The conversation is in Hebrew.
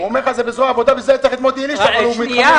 הוא אומר לך שזה בזרוע עבודה וזה תחת אלישע אבל הוא מתחמק.